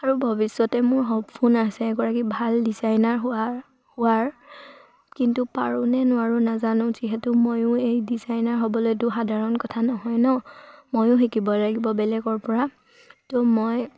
আৰু ভৱিষ্যতে মোৰ সপোন আছে এগৰাকী ভাল ডিজাইনাৰ হোৱাৰ হোৱাৰ কিন্তু পাৰোঁনে নোৱাৰোঁ নাজানো যিহেতু ময়ো এই ডিজাইনাৰ হ'বলৈতো সাধাৰণ কথা নহয় নহ্ ময়ো শিকিব লাগিব বেলেগৰ পৰা ত' মই